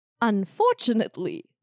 Unfortunately